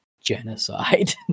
genocide